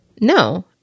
no